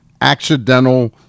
accidental